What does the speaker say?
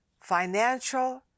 financial